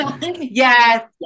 Yes